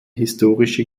historische